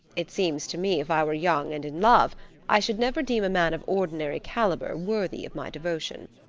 it seems to me if i were young and in love i should never deem a man of ordinary caliber worthy of my devotion.